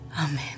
Amen